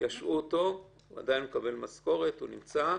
ישעו אותו, הוא עדיין מקבל משכורת, הוא נמצא,